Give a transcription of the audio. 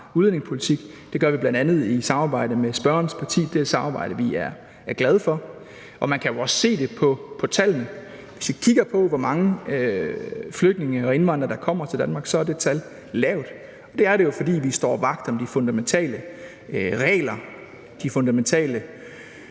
udlændingepolitik. Det gør vi bl.a. i samarbejde med spørgerens parti, og det er et samarbejde, vi er glade for. Man kan jo også se det på tallene. Hvis vi kigger på, hvor mange flygtninge og indvandrere der kommer til Danmark, er det tal lavt, og det er det, fordi vi står vagt om de fundamentale regler, de fundamentale